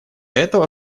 этого